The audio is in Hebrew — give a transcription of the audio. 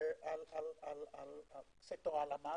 סקטור הלאמה.